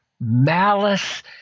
malice